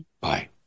Bye